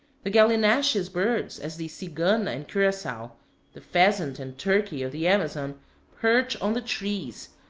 the gallinaceous birds, as the cigana and curassow the pheasant and turkey of the amazon perch on the trees,